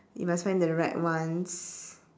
you must find the right ones